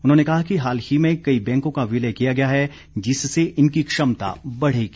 उन्होंने कहा कि हाल ही में कई बैंकों का विलय किया गया है जिससे इनकी क्षमता बढ़ेगी